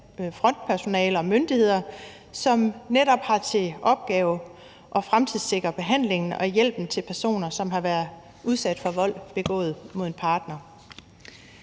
frontpersonale og de relevante myndigheder, som netop har til opgave at fremtidssikre behandlingen og hjælpen til personer, som har været udsat for vold begået af en partner.